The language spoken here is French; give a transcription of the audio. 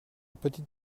petite